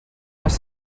les